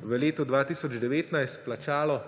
v letu 2019 plačalo